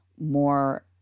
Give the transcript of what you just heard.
more